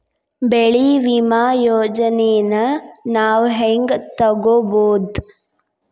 ಬೆಳಿ ವಿಮೆ ಯೋಜನೆನ ನಾವ್ ಹೆಂಗ್ ತೊಗೊಬೋದ್?